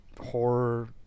horror